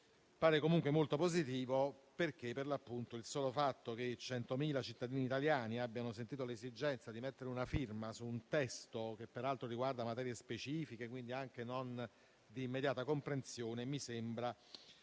pare comunque molto positivo. Il solo fatto che 100.000 cittadini italiani abbiano sentito l'esigenza di mettere la firma su un testo che peraltro riguarda materie specifiche, quindi anche non di immediata comprensione, mi sembra